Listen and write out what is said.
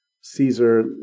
Caesar